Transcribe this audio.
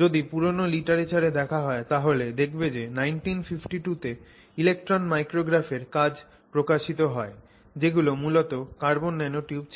যদি পুরনো লিটারেচারে দেখা হয় তাহলে দেখবো যে 1952 তে ইলেক্ট্রন মাইক্রোগ্রাফ এর কাজ প্রকাশিত হয় যেগুলো মূলত কার্বন ন্যানোটিউব ছিল